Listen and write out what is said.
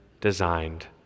designed